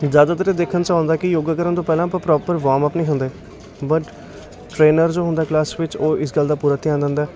ਜ਼ਿਆਦਾਤਰ ਦੇਖਣ 'ਚ ਆਉਂਦਾ ਕਿ ਯੋਗਾ ਕਰਨ ਤੋਂ ਪਹਿਲਾਂ ਆਪਾਂ ਪ੍ਰੋਪਰ ਵਾਮਅਪ ਨਹੀਂ ਹੁੰਦੇ ਬਟ ਟ੍ਰੇਨਰ ਜੋ ਹੁੰਦਾ ਕਲਾਸ ਵਿੱਚ ਉਹ ਇਸ ਗੱਲ ਦਾ ਪੂਰਾ ਧਿਆਨ ਦਿੰਦਾ